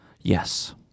Yes